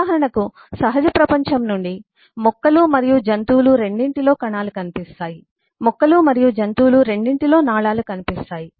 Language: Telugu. ఉదాహరణకు సహజ ప్రపంచం నుండి మొక్కలు మరియు జంతువులు రెండింటిలో కణాలు కనిపిస్తాయి మొక్కలు మరియు జంతువులు రెండింటిలో నాళాలు కనిపిస్తాయి